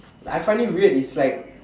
like I find it weird is like